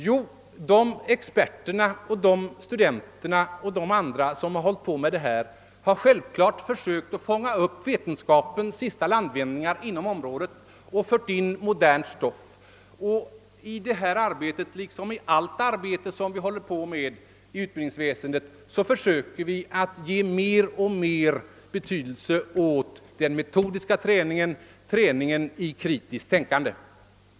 Jo, de experter, studenter och andra som ägnat sig åt dessa frågor har självfallet försökt fånga upp vetenskapens senaste landvinningar på området och har fört in modernt stoff i studieplanerna. I detta arbete liksom i allt annat arbete som bedrivs inom utbildningsväsendet försöker vi lägga större och större vikt vid den metodiska träningen i kritiskt tänkande.